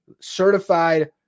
certified